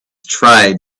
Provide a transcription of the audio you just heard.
tried